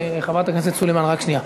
חברת הכנסת סלימאן, רק שנייה.